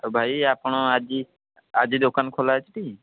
ଆଉ ଭାଇ ଆପଣ ଆଜି ଆଜି ଦୋକାନ ଖୋଲା ଅଛି ଟି